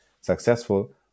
successful